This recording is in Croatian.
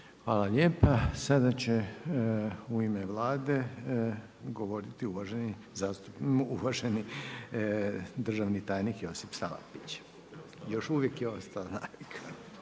Hvala lijepa. Sada će u ime Vlade govoriti uvaženi državni tajnik Josić Salapić. **Salapić,